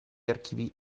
archivi